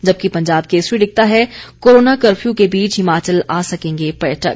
जबकि पंजाब केसरी लिखता है कोरोना कफर्यू के बीच हिमाचल आ सकेंगे पर्यटक